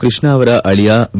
ಕೈಷ್ಣ ಅವರ ಅಳಿಯ ವಿ